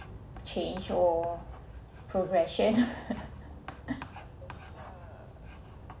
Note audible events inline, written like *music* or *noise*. change or progression *laughs*